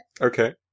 Okay